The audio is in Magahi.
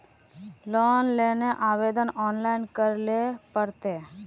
लोन लेले आवेदन ऑनलाइन करे ले पड़ते?